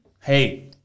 hey